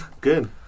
Good